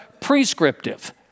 prescriptive